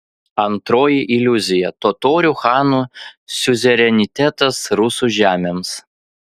antroji iliuzija totorių chanų siuzerenitetas rusų žemėms